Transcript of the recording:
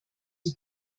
die